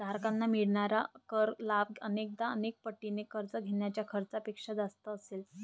धारकांना मिळणारा कर लाभ अनेकदा अनेक पटीने कर्ज घेण्याच्या खर्चापेक्षा जास्त असेल